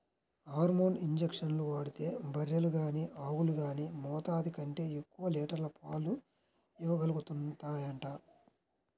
hormone ఇంజక్షన్లు వాడితే బర్రెలు గానీ ఆవులు గానీ మోతాదు కంటే ఎక్కువ లీటర్ల పాలు ఇవ్వగలుగుతాయంట